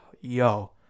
yo